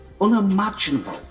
unimaginable